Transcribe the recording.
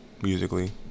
musically